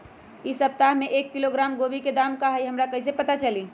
इ सप्ताह में एक किलोग्राम गोभी के दाम का हई हमरा कईसे पता चली?